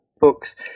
books